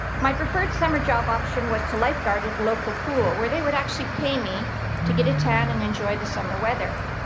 my preferred summer job option was to lifeguard at a local pool where they would actually pay me to get a tan and enjoy the summer weather.